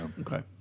Okay